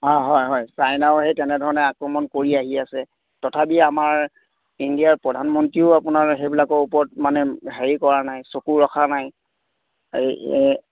অঁ হয় হয় প্ৰায় আকৌ তেনেধৰণৰ আক্ৰমণ কৰি আহি আছে তথাপি আমাৰ ইণ্ডিয়াৰ প্ৰধান মন্ত্ৰীও আমাৰ সেইবিলাকৰ ওপৰত মানে হেৰি কৰা নাই চকু ৰখা নাই এই